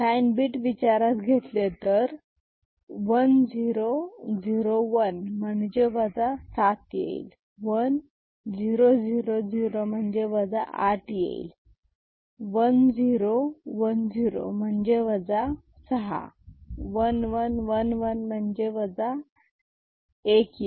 sine bit विचारात घेतले तर 1001 म्हणजे 7 1000 म्हणजे 8 1010 म्हणजे 6 1111 म्हणजे 1